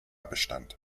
bestand